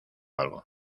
algo